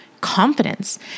confidence